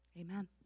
Amen